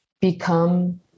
become